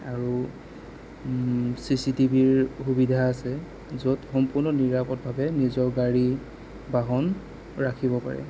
আৰু C C TV ৰ সুবিধা আছে য'ত সম্পূৰ্ণ নিৰাপদভাৱে নিজৰ গাড়ী বাহন ৰাখিব পাৰে